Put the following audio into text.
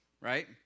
right